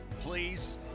please